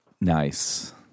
Nice